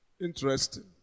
Interesting